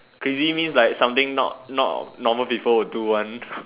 crazy means like something not not normal people will do one